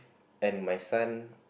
and my son